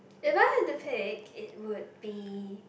if I had to pick it would be